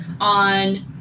on